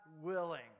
willing